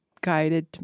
guided